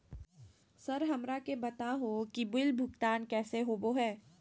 Sir हमरा के बता हो कि बिल भुगतान कैसे होबो है?